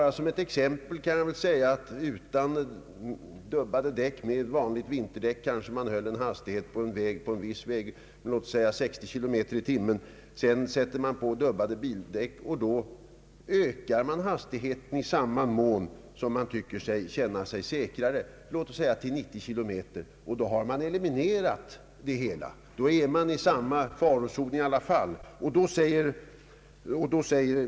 Utan dubbade däck men med vanliga vinterdäck håller man kanske en hastighet av 60 kilometer i timmen. Sedan sätter man på dubbade däck, och då ökar man hastigheten i samma mån som man känner sig säkrare, låt oss säga till 90 kilometer i timmen. Därmed har man eliminerat den extra säkerheten av dubbdäcken. Då befinner man sig åter i samma farozon.